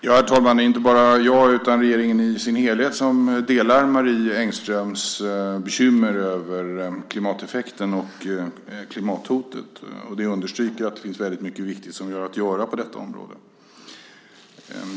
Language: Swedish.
Herr talman! Det är inte bara jag utan regeringen i sin helhet som delar Marie Engströms bekymmer över klimateffekten och klimathotet. Jag understryker att det finns mycket viktigt som finns att göra på detta område.